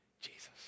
Jesus